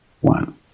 one